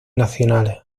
nacionales